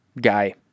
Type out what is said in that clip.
guy